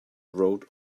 wrote